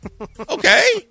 Okay